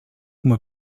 mois